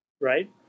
Right